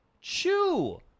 Chew